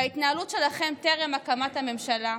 בהתנהלות שלכם טרם הקמת הממשלה,